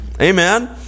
Amen